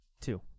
Two